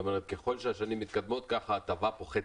ככל שהשנים מתקדמות כך ההטבה פוחתת.